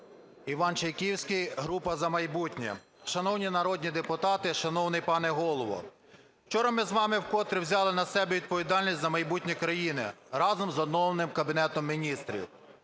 Іван Чайківський, група "За майбутнє". Шановні народні депутати, шановний пане Голово! Вчора ми з вами вкотре взяли на себе відповідальність за майбутнє країни разом з оновленим Кабінетом Міністрів.